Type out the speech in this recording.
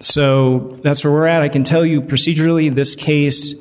so that's where we're at i can tell you procedurally this case